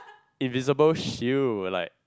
invisible shield like